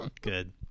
good